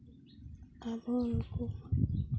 ᱟᱵᱚ ᱩᱱᱠᱩ